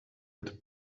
with